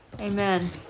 Amen